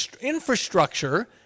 infrastructure